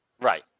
Right